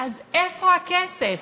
אז איפה הכסף?